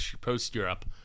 post-Europe